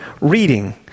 reading